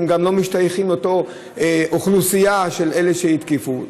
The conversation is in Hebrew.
הם גם לא משתייכים לאותה אוכלוסייה של אלה שהתקיפו.